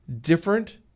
different